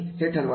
हे ठरवावे